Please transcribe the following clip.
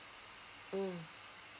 mm